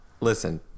listen